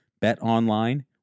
BetOnline